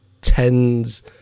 tens